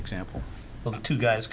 example to guys